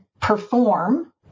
perform